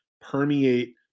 permeate